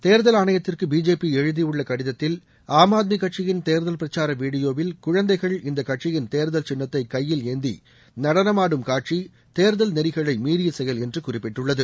தேர்தல் ஆணையத்திற்கு பிஜேபி எழுதியுள்ள கடிதத்தில் ஆம் ஆத்மி கட்சியின் தேர்தல் பிரச்சார வீடியோவில் குழந்தைகள் இந்த கட்சியின் தேர்தல் சின்னத்தை கையில் ஏந்தி நடனமாடும் காட்சி தேர்தல் நெறிகளை மீறிய செயல் என்று குறிப்பிட்டுள்ளது